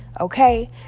Okay